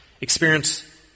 experience